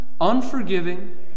unforgiving